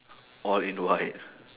all in white